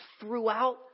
throughout